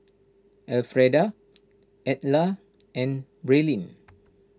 Elfreda Edla and Braelyn